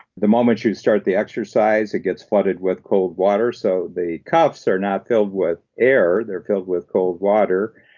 the moment you start the exercise, it gets flooded with cold water, so the cuffs are not filled with air. they're filled with cold water,